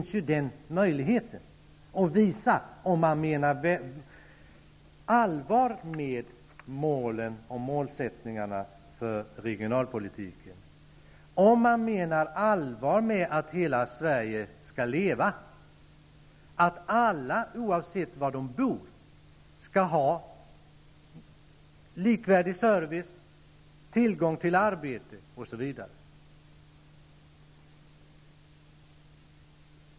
Nu är det ju möjligt att visa om man menar allvar med sitt tal om målsättningarna för regionalpolitiken, om man menar allvar när man säger att hela Sverige skall leva och att alla -- oavsett bostadsort -- skall ha likvärdig service, tillgång till arbete osv.